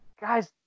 guys